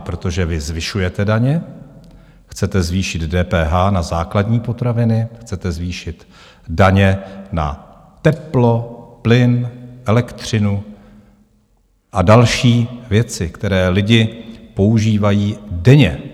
Protože vy zvyšujete daně, chcete zvýšit DPH na základní potraviny, chcete zvýšit daně na teplo, plyn, elektřinu a další věci, které lidi používají denně.